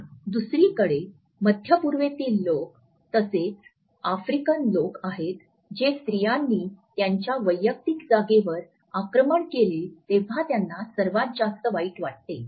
पण दुसरीकडे मध्यपूर्वेतील लोक तसेच आफ्रिकन लोक आहेत जे स्त्रियांनी त्यांच्या वैयक्तिक जागेवर आक्रमण केले तेव्हा त्यांना सर्वात जास्त वाईट वाटते